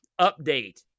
update